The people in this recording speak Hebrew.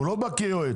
הוא לא בא כיועץ.